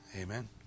Amen